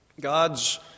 God's